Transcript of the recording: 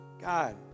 God